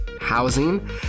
housing